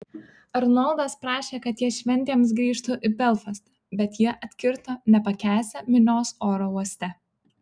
arnoldas prašė kad jie šventėms grįžtų į belfastą bet jie atkirto nepakęsią minios oro uoste